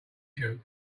shoot